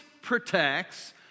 protects